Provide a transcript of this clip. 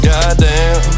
Goddamn